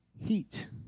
heat